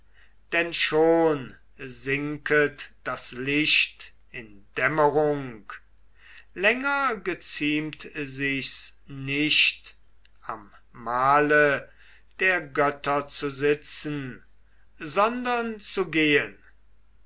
denn schon sinket das licht in dämmerung länger geziemt sich's nicht am mahle der götter zu sitzen sondern zu gehen